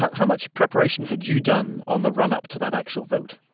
how how much preparation had you done on the runup to that actual vote?